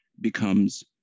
becomes